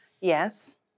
yes